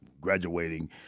graduating